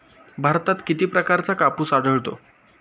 भारतात किती प्रकारचा कापूस आढळतो?